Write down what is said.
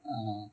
ஆமா:aamaa